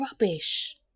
rubbish